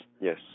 Yes